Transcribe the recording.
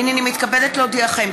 הינני מתכבדת להודיעכם,